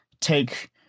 take